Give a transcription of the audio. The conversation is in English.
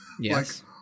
Yes